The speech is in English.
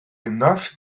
enough